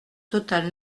total